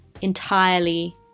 entirely